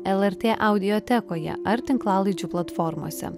lrt audiotekoje ar tinklalaidžių platformose